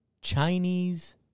Chinese